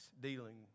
dealing